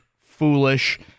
foolish